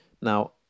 Now